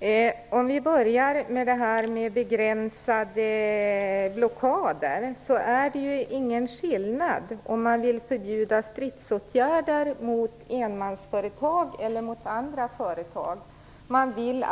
Herr talman! Vi kan börja med frågan om begränsad blockad. Det är ingen skillnad om man vill förbjuda stridsåtgärder mot enmansföretag eller andra företag. Man vill